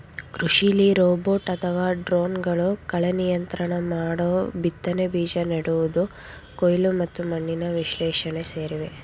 ಕೃಷಿಲಿ ರೋಬೋಟ್ ಅಥವಾ ಡ್ರೋನ್ಗಳು ಕಳೆನಿಯಂತ್ರಣ ಮೋಡಬಿತ್ತನೆ ಬೀಜ ನೆಡುವುದು ಕೊಯ್ಲು ಮತ್ತು ಮಣ್ಣಿನ ವಿಶ್ಲೇಷಣೆ ಸೇರಿವೆ